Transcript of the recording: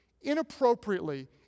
inappropriately